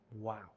Wow